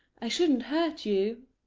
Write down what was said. i shouldn't hurt you,